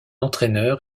entraineur